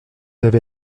avez